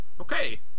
Okay